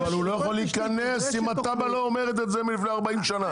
אבל הוא לא יכול להיכנס אם התב"ע לא אומרת את זה מלפני 40 שנה.